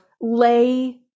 lay